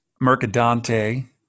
Mercadante